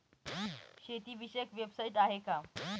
शेतीविषयक वेबसाइट आहे का?